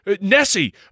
Nessie